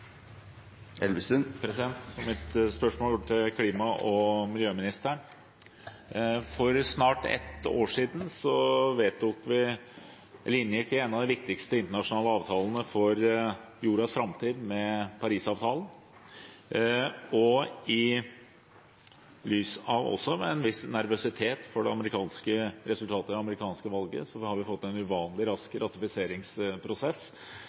miljøministeren. For snart ett år siden inngikk vi en av de viktigste internasjonale avtalene for jordas framtid med Paris-avtalen. I lys av også en viss nervøsitet for resultatet i det amerikanske valget har vi fått en uvanlig